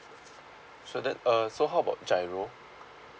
so that uh so how about G_I_R_O